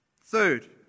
Third